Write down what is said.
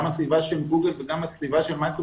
גם הסביבה של גוגל וגם של מייקרוסופט,